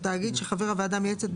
תאגיד שחבר הוועדה המייעצת,